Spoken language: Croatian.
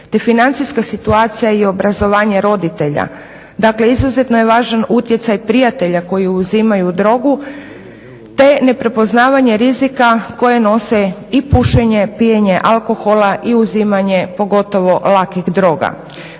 te financijska situacija i obrazovanje roditelj. Dakle, izuzetno je važan utjecaj prijatelja koji uzimaju drogu te neprepoznavanje rizika koje nose i pušenje, i pijenje alkohola i uzimanje, pogotovo lakih droga.